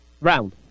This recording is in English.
Round